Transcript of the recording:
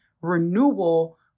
renewal